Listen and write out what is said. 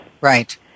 Right